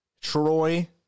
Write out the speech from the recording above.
Troy